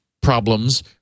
problems